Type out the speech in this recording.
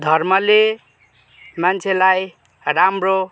धर्मले मान्छेलाई राम्रो